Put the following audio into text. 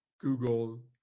Google